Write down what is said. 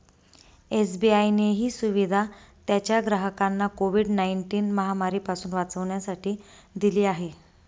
SBI ने ही सुविधा त्याच्या ग्राहकांना कोविड नाईनटिन महामारी पासून वाचण्यासाठी दिली आहे